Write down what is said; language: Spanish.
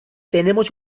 tenemos